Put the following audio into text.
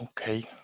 Okay